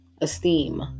esteem